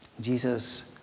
Jesus